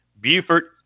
Buford